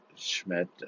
Schmidt